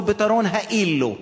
הוא פתרון ה"אילו".